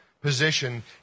position